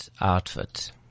outfit